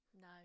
No